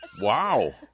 Wow